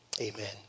Amen